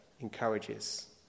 encourages